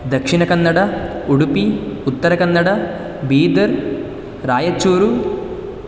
Dakshina Kannada Udupi Uttara Kannada Bidar Raichur